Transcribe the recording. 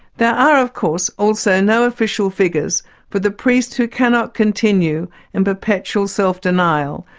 there are of course also no official figures for the priests who cannot continue in perpetual self-denial,